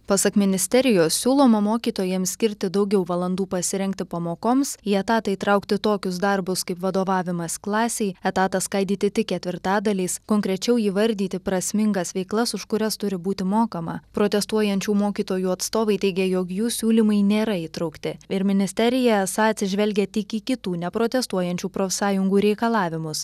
pasak ministerijos siūloma mokytojams skirti daugiau valandų pasirengti pamokoms į etatą įtraukti tokius darbus kaip vadovavimas klasei etatą skaidyti tik ketvirtadaliais konkrečiau įvardyti prasmingas veiklas už kurias turi būti mokama protestuojančių mokytojų atstovai teigia jog jų siūlymai nėra įtraukti ir ministerija esą atsižvelgia tik į kitų neprotestuojančių profsąjungų reikalavimus